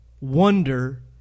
wonder